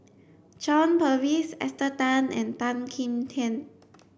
John Purvis Esther Tan and Tan Kim Tian